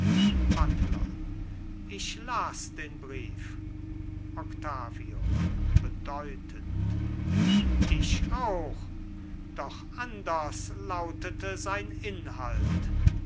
buttler ich las den brief octavio bedeutend ich auch doch anders lautete sein inhalt